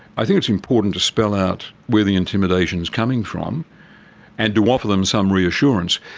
i think it's important to spell out where the intimidation is coming from and to offer them some reassurance.